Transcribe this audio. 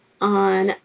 on